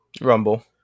rumble